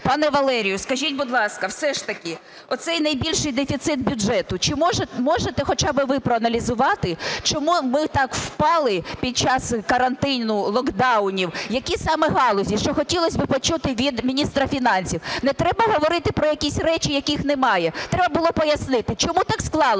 Пане Валерію, скажіть, будь ласка, все ж таки оцей найбільший дефіцит бюджету, чи можете хоча б ви проаналізувати, чому ми так впали під час карантину, локдаунів, які саме галузі, що хотілося б почути від міністра фінансів? Не треба говорити про якісь речі, яких немає, треба було пояснити, чому так склалося,